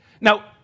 Now